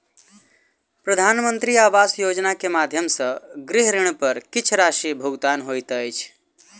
प्रधानमंत्री आवास योजना के माध्यम सॅ गृह ऋण पर किछ राशि भुगतान होइत अछि